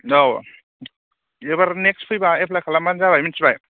औ एबार नेक्स फैबा एफ्लाय खालामबानो जाबाय मिन्थिबाय